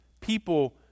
people